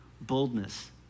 boldness